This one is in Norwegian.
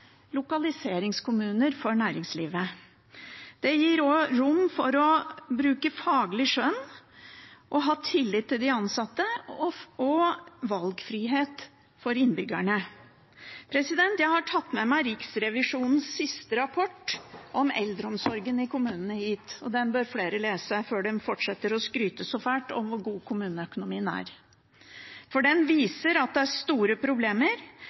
lokaliseringskommuner for næringslivet. Det gir også rom for å bruke faglig skjønn og ha tillit til de ansatte og valgfrihet for innbyggerne. Jeg har tatt med meg Riksrevisjonens siste rapport om eldreomsorgen i kommunene hit, og den bør flere lese før de fortsetter å skryte så fælt av hvor god kommuneøkonomien er. Den viser at det er store problemer,